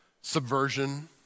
subversion